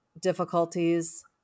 difficulties